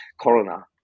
Corona